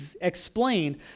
explained